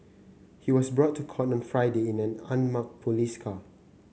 he was brought to court on Friday in an unmarked police car